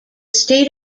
state